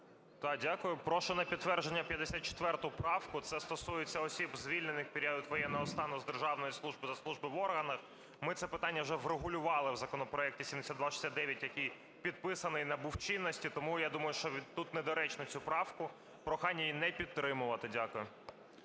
В.Ю. Дякую. Прошу на підтвердження 54 правку. Це стосується осіб, звільнених в період воєнного стану з державної служби та служби в органах. Ми це питання вже врегулювали в законопроекті 7269, який підписаний і набув чинності. Тому я думаю, що тут недоречно цю правку, прохання її не підтримувати. Дякую.